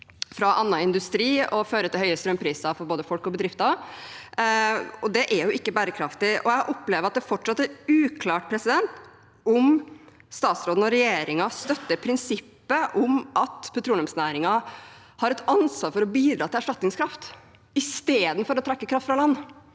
fra annen industri, noe som fører til høye strømpriser for både folk og bedrifter. Det er jo ikke bærekraftig. Jeg opplever at det fortsatt er uklart om statsråden og regjeringen støtter prinsippet om at petroleumsnæringen har et ansvar for å bidra til erstatningskraft, istedenfor å trekke kraft fra land.